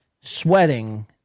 sweating